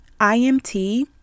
IMT